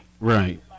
Right